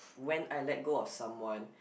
when I let go of someone